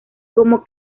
como